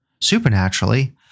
Supernaturally